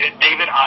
David